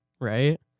right